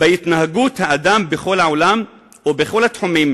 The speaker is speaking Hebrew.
בהתנהגות האדם בכל העולם ובכל התחומים,